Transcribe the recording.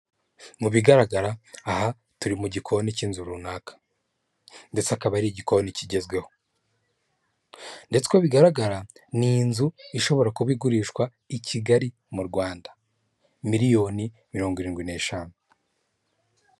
Mu bigaragara, aha turi mu gikoni cy'inzu runaka ndetse akaba ari igikoni kigezweho ndetse uko bigaragara ni inzu ishobora kuba igurishwa i kigali mu Rwanda. Miliyoni mirongo irindwi n'eshanu.